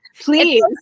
please